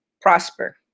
prosper